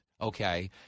Okay